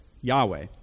Yahweh